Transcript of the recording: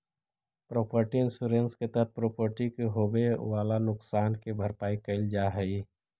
property insurance के तहत property के होवेऽ वाला नुकसान के भरपाई कैल जा हई